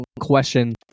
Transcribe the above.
question